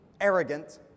arrogant